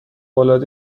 العاده